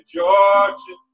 Georgia